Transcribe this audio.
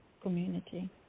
community